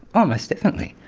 oh most definitely,